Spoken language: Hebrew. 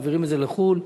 מעבירים את זה לחו"ל.